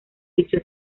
dicho